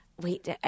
Wait